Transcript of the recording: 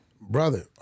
Brother